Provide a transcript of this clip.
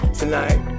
tonight